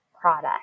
product